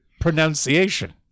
pronunciation